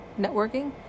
networking